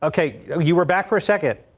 okay you are back for a second.